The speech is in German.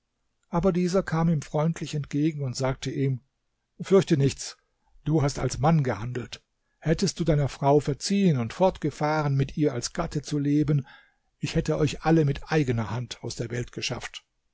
aber dieser kam ihm freundlich entgegen und sagte ihm fürchte nichts du hast als mann gehandelt hättest du deiner frau verziehen und fortgefahren mit ihr als gatte zu leben ich hätte euch alle mit eigener hand aus der welt geschafft